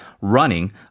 running